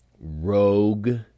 rogue